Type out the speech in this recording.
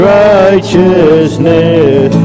righteousness